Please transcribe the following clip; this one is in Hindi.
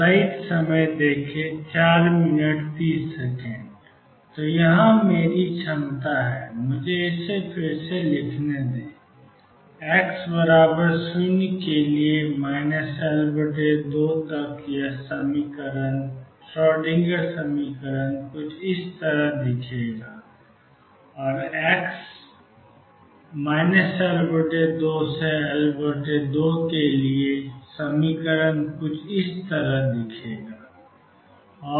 तो यहाँ मेरी क्षमता है मुझे इसे फिर से लिखने दें x0 L2 L2 है श्रोडिंगर समीकरण 22md2dx2VxψEψ है x के लिए L2 से L2 के बीच समीकरण 22mEψ बन जाता है